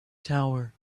tower